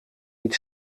niet